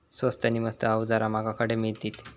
स्वस्त नी मस्त अवजारा माका खडे मिळतीत?